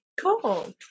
cool